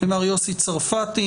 מר יוסי צרפתי,